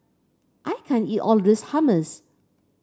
I can't eat all of this Hummus